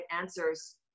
answers